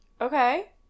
Okay